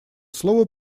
слово